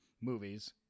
movies